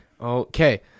Okay